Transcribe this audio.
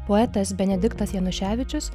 poetas benediktas januševičius